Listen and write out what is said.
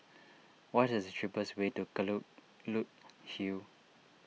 what is cheapest way to Kelulut Hill